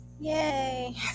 Yay